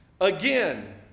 Again